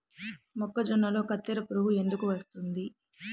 మొక్కజొన్నలో కత్తెర పురుగు ఎందుకు వస్తుంది?